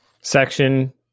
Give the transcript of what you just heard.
Section